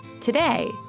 Today